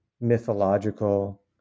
mythological